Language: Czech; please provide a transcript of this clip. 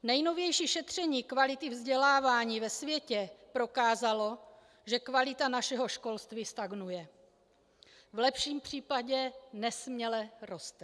Nejnovější šetření kvality vzdělávání ve světě prokázalo, že kvalita našeho školství stagnuje, v lepším případě nesměle roste.